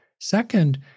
Second